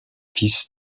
fils